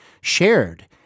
shared